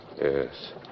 Yes